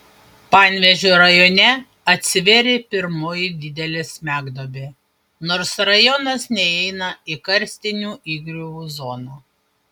panevėžio rajone atsivėrė pirmoji didelė smegduobė nors rajonas neįeina į karstinių įgriuvų zoną